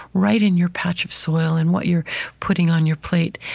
right in your patch of soil and what you're putting on your plate.